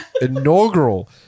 inaugural